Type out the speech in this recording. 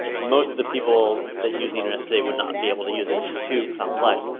most of the people that use the internet say would not be able to use it, it's just too complex.